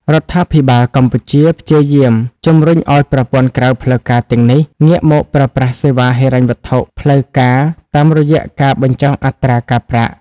រដ្ឋាភិបាលកម្ពុជាព្យាយាមជម្រុញឱ្យប្រព័ន្ធក្រៅផ្លូវការទាំងនេះ ងាកមកប្រើប្រាស់សេវាហិរញ្ញវត្ថុផ្លូវការតាមរយៈការបញ្ចុះអត្រាការប្រាក់។